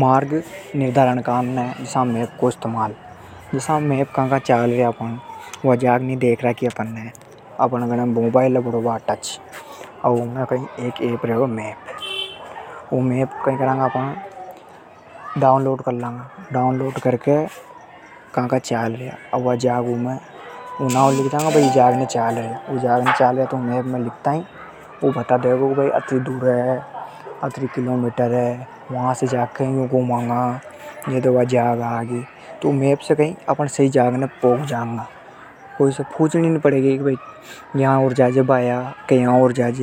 मार्ग निर्धारण काने जसा मैप को इस्तेमाल। जसा कई चालर्या अपण, अर रास्तों याद नी है। अपने पास मोबाइल हे तो उमे एक ऐप रेवे गूगल मैप। उई अपण डाउनलोड कर लांगा। जसा कई चालर्या अपण तो ऊ जाग को नाम मैप में लिखता ही बता देगो। कतनी दूर हे, का से होर जांगा वा सब बता देवे। मैप से एकदम सही जाग ने पुग जावे। कोई से पूछनी नी पड़ेगो। मैप से कसी भी जगह जा सका।